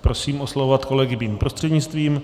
Prosím oslovovat kolegy mým prostřednictvím.